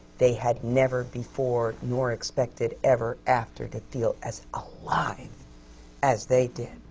they had never before nor expected ever after to feel as alive as they did.